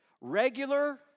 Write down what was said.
regular